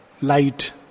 light